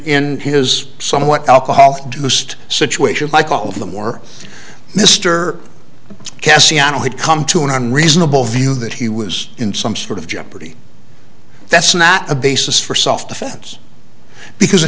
his somewhat alcoholic deuced situation like all of them were mr cassiano had come to an unreasonable view that he was in some sort of jeopardy that's not a basis for self defense because it